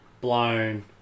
blown